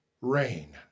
rain